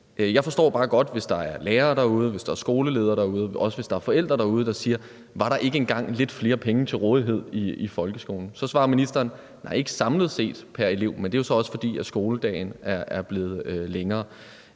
Jeg forstår bare godt, hvis der er lærere derude, hvis der er skoleledere derude, og også, hvis der er forældre derude, der spørger: Var der ikke engang lidt flere penge til rådighed i folkeskolen? Så svarer ministeren, at nej, ikke samlet set pr. elev. Men det er jo så også, fordi skoledagen er blevet længere.